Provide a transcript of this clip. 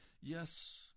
yes